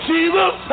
Jesus